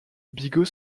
bigot